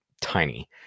tiny